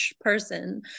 person